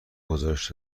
گزارش